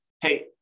hey